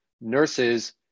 nurses